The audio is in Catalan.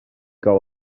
cau